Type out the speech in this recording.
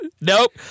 Nope